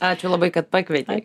ačiū labai kad pakvietei